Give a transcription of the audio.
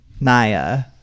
Naya